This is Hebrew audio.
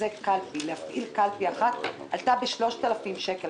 לתחזק קלפי, להפעיל קלפי אחת, עלתה ב-3,000 שקל.